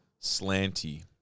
Slanty